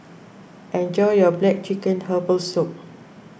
enjoy your Black Chicken Herbal Soup